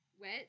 wet